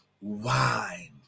wine